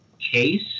case